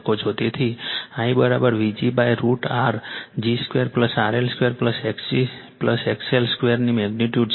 તેથી IVg√R g 2 RL 2 X g XL 2 ની magnitude છે